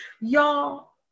Y'all